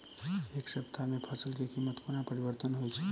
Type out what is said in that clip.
एक सप्ताह मे फसल केँ कीमत कोना परिवर्तन होइ छै?